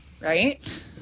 Right